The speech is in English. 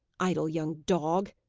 idle young dog!